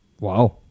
Wow